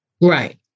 right